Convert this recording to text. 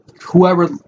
whoever